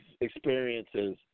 experiences